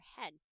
head